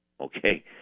okay